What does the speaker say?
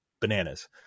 bananas